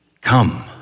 come